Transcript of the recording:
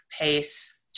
pace